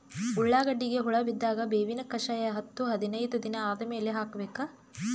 ಉಳ್ಳಾಗಡ್ಡಿಗೆ ಹುಳ ಬಿದ್ದಾಗ ಬೇವಿನ ಕಷಾಯ ಹತ್ತು ಹದಿನೈದ ದಿನ ಆದಮೇಲೆ ಹಾಕಬೇಕ?